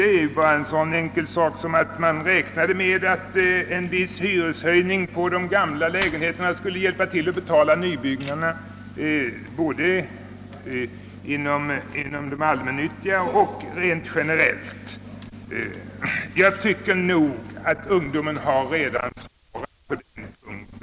Ta bara en sån sak som att man räknade med att en viss hyreshöjning för de gamla lägenheterna skulle hjälpa till att betala nybyggnaderna inom både de allmännyttiga bo stadsföretagen och de övriga. Jag tycker nog att ungdomen redan svarat på herr Lindkvists fråga.